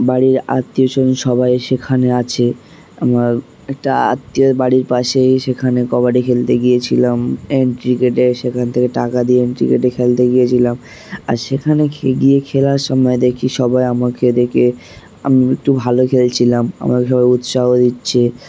বাড়ির আত্মীয়জন সবাই সেখানে আছে আমার একটা আত্মীয় বাড়ির পাশেই সেখানে কবাডি খেলতে গিয়েছিলাম এন্ট্রি কেটে সেখান থেকে টাকা দিয়ে এন্ট্রি কেটে খেলতে গিয়েছিলাম আর সেখানে গিয়ে খেলার সময় দেখি সবাই আমাকে দেখে আমি একটু ভালো খেলছিলাম আমাকে সবাই উৎসাহ দিচ্ছে